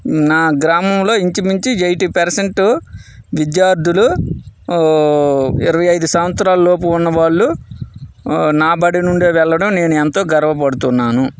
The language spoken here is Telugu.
నా గ్రామంలో ఇంచుమించు ఎయిటీ పర్సెంట్ విద్యార్థులు ఇరవై ఐదు సంవత్సరాలు లోపు ఉన్నవాళ్ళు నాబడి నుండే వెళ్లడం నేను ఎంతో గర్వపడుతున్నాను